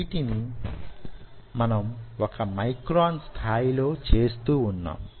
వీటిని మనం వొక మైక్రాన్ స్థాయిలో చేస్తూ వున్నాం